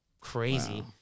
crazy